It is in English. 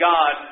God